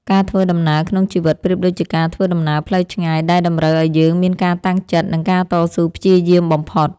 ការធ្វើដំណើរក្នុងជីវិតប្រៀបដូចជាការធ្វើដំណើរផ្លូវឆ្ងាយដែលតម្រូវឱ្យយើងមានការតាំងចិត្តនិងការតស៊ូព្យាយាមបំផុត។